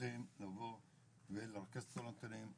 צריכים לבוא ולרכז כל הנתונים.